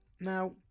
Now